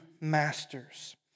masters